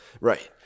Right